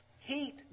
Heat